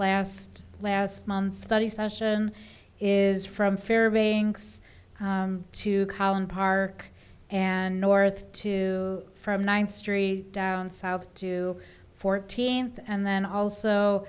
last last month study session is from fairbanks to collin park and north two from ninth street down south to fourteenth and then also